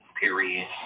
period